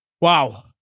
wow